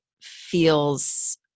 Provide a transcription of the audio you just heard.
feels